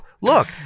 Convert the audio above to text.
look